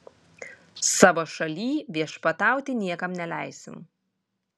savo šalyj viešpatauti niekam neleisim